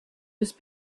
was